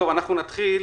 אנחנו נתחיל.